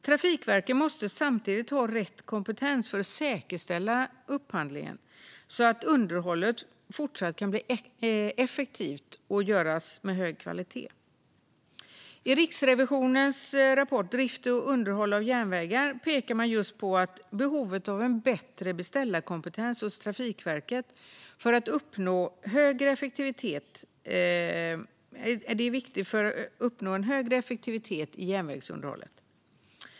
Trafikverket måste samtidigt ha rätt kompetens för att säkerställa upphandlingen så att underhållet fortsatt blir effektivt och av hög kvalitet. I Riksrevisionens rapport Drift och underhåll av järnvägar - omfattan de kostnadsavvikelser pekar man just på behovet av en bättre beställarkompetens hos Trafikverket och att det är viktigt för att uppnå högre effektivitet i järnvägsunderhållet.